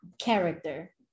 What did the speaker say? character